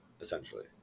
essentially